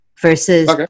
versus